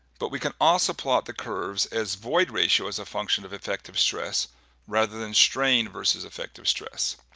but we can also plot the curves as void ratio as a function of effective stress rather than strain versus effective stress.